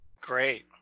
Great